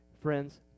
Friends